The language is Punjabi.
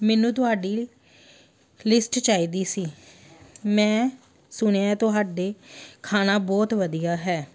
ਮੈਨੂੰ ਤੁਹਾਡੀ ਲਿਸਟ ਚਾਹੀਦੀ ਸੀ ਮੈਂ ਸੁਣਿਆ ਤੁਹਾਡੇ ਖਾਣਾ ਬਹੁਤ ਵਧੀਆ ਹੈ